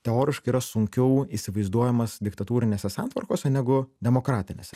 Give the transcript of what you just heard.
teoriškai yra sunkiau įsivaizduojamas diktatūrinėse santvarkose negu demokratinėse